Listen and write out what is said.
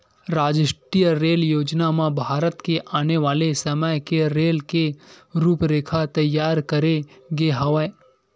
रास्टीय रेल योजना म भारत के आने वाले समे के रेल के रूपरेखा तइयार करे गे हवय